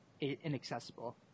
inaccessible